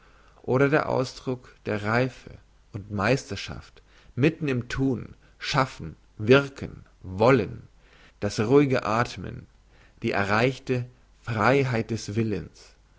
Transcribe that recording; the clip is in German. oder der ausdruck der reife und meisterschaft mitten im thun schaffen wirken wollen das ruhige athmen die erreichte freiheit des willens